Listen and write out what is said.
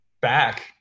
back